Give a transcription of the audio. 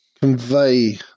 convey